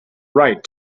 right